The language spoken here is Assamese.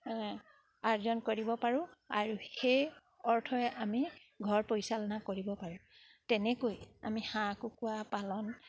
আৰ্জন কৰিব পাৰোঁ আৰু সেই অৰ্থৰে আমি ঘৰ পৰিচালনা কৰিব পাৰোঁ তেনেকৈ আমি হাঁহ কুকুৰা পালন